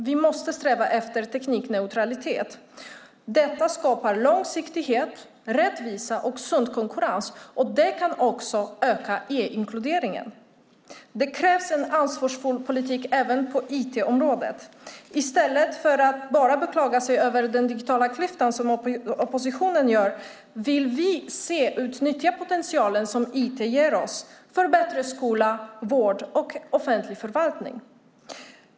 Vi måste sträva efter teknikneutralitet. Detta skapar långsiktighet, rättvisa och sund konkurrens, och det kan också öka e-inkluderingen. Det krävs en ansvarsfull politik även på IT-området. I stället för att bara beklaga sig över den digitala klyftan, som oppositionen gör, vill vi utnyttja den potential som IT ger oss för bättre skola, vård och offentlig förvaltning.